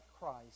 Christ